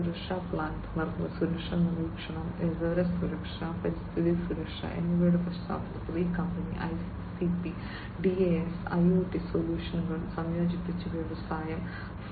സുരക്ഷ പ്ലാന്റ് സുരക്ഷ നിരീക്ഷണം വിവര സുരക്ഷ പരിസ്ഥിതി സുരക്ഷ എന്നിവയുടെ പശ്ചാത്തലത്തിൽ ഈ കമ്പനി ICP DAS IoT സൊല്യൂഷനുകൾ സംയോജിപ്പിച്ച് വ്യവസായം 4